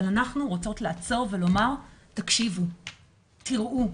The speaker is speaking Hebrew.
אבל אנחנו רוצות לעצור ולומר 'תקשיבו, תראו,